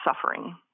suffering